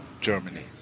Germany